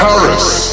Paris